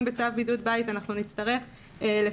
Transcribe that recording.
בצו בידוד בית נצטרך לפרסם,